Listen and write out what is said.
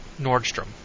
Nordstrom